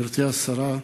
גברתי השרה,